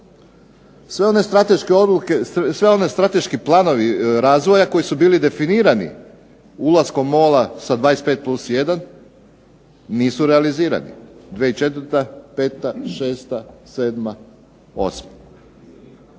Sve one strateški planovi razvoja koji su bili definirani ulaskom MOL-a sa 25 plus 1 nisu realizirani. 2004., peta,